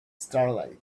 starlight